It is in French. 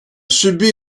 subit